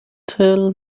tell